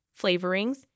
flavorings